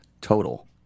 total